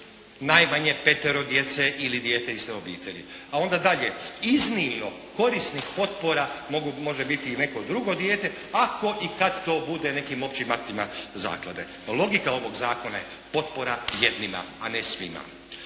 najmanje petero djece ili dijete iste obitelji. A onda dalje, iznimno korisnik potpora može biti i neko drugo dijete ako i kad to bude nekim općim aktima zaklade. Logika ovog zakona je potpora jednima, a ne svima.